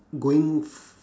going